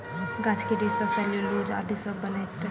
गाछ के रेशा सेल्यूलोस आदि सॅ बनैत अछि